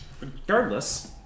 regardless